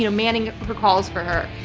you know manning her calls for her.